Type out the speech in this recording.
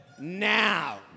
now